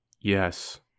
Yes